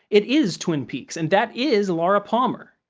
it is twin peaks, and that is laura palmer.